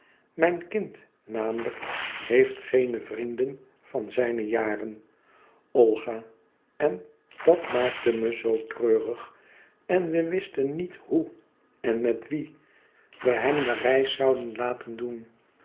mijn kind namelijk heeft geene vrienden van zijne jaren olga en dat maakte me zoo treurig en we wisten niet hoe en e ids aargang en met wie we hem de reis zouden laten doen